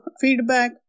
feedback